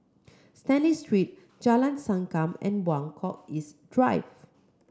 Stanley Street Jalan Sankam and Buangkok East Drive